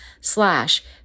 slash